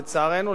לצערנו,